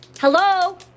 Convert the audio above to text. Hello